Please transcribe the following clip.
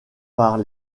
par